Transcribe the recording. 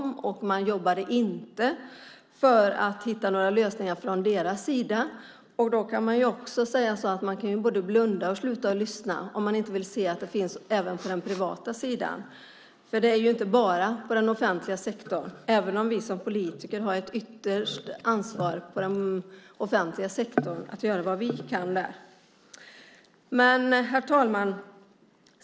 Från deras sida jobbade man inte för att hitta några lösningar. Man kan både blunda och sluta att lyssna om man inte vill se att detta finns även på den privata sidan. Det handlar ju inte bara om den offentliga sektorn, även om vi som politiker ytterst har ett ansvar att göra vad vi kan i den offentliga sektorn. Herr talman!